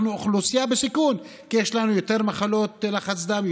אנחנו אוכלוסייה בסיכון כי יש אצלנו יותר מחלות לחץ דם,